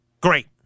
Great